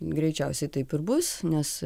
greičiausiai taip ir bus nes